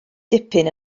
dipyn